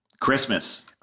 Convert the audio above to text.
Christmas